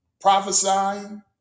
prophesying